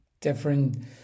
different